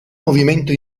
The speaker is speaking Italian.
movimento